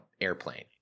airplane